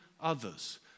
others